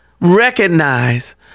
recognize